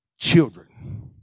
children